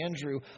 Andrew